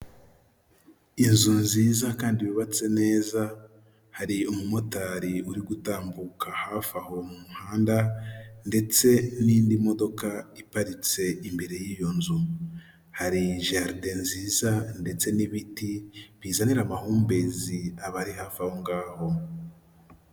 Inzu nziza kandi yubatse neza, hari umumotari uri gutambuka hafi aho mu muhanda ndetse n'indi modoka iparitse imbere y'iyo nzu. Hari jaride nziza ndetse n'ibiti bizanira amahumbezi abari hafi aho ngaho.